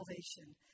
salvation